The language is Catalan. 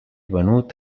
venut